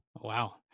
Wow